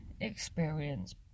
experience